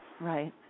Right